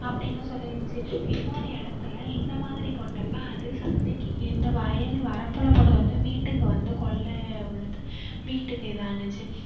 அப்படினு சொல்லி இருந்துச்சு இன்னொரு இடத்துல இந்த மாதிரி போட்டப்போ அது சந்தைக்கு இந்த வயல் வரப்பில் போட்டதை வந்து வீட்டுக்கு வந்து கொள்ள உள்ளது வீட்டுக்கு இதானுச்சு